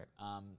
right